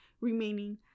remaining